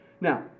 Now